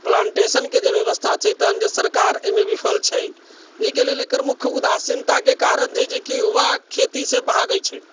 प्लान्टेशनके जे व्यवस्था छै तखन जे सरकार एहिमे विफल छै जाहिके लेल एकर मुख्य उदासीनताके कारण छै जे कि युवा खेतीसँ भागै छै